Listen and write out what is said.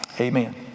Amen